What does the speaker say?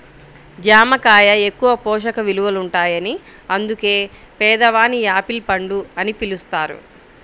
జామ కాయ ఎక్కువ పోషక విలువలుంటాయని అందుకే పేదవాని యాపిల్ పండు అని పిలుస్తారు